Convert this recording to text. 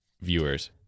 viewers